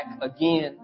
again